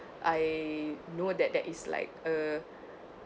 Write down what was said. I know that that is like a